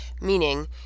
meaning